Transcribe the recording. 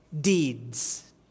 deeds